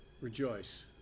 rejoice